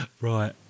right